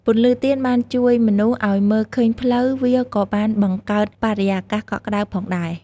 ពន្លឺទៀនបានជួយមនុស្សឲ្យមើលឃើញផ្លូវ វាក៏បានបង្កើតបរិយាកាសកក់ក្ដៅផងដែរ។